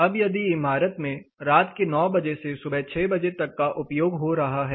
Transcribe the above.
अब यदि इमारत में रात के 900 बजे से सुबह 600 बजे तक का उपयोग हो रहा है